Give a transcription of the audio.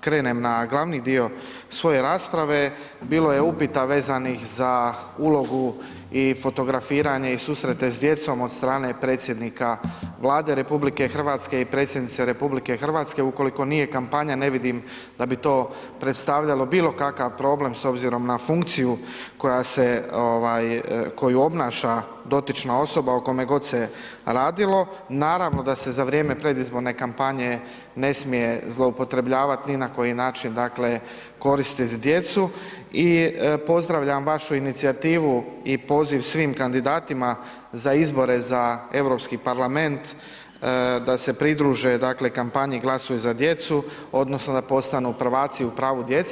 krenem na glavni dio svoje rasprave, bilo je upita vezanih za ulogu i fotografiranje i susrete s djecom od strane predsjednika Vlade RH i predsjednice RH, ukoliko nije kampanja, ne vidim da bi to predstavljalo bilo kakav problem s obzirom na funkciju koja se, koju obnaša dotična osoba o kome god se radilo, naravno, da se za vrijeme predizborne kampanje ne smije zloupotrebljavat ni na koji način, dakle, koristit djecu i pozdravljam vašu inicijativu i poziv svim kandidatima za izbore za Europski parlament da se pridruže, dakle, kampanji „Glasuj za djecu“ odnosno da postanu prvaci u pravu djece.